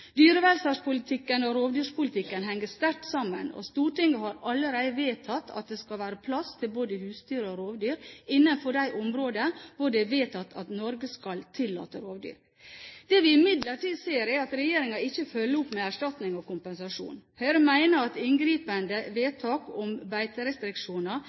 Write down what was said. Dyrevelferdspolitikken og rovdyrpolitikken henger sterkt sammen, og Stortinget har allerede vedtatt at det skal være plass til både husdyr og rovdyr innenfor de områdene hvor det er vedtatt at Norge skal tillate rovdyr. Det vi imidlertid ser, er at regjeringen ikke følger opp med erstatning og kompensasjon. Høyre mener at inngripende vedtak om beiterestriksjoner